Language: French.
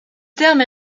terme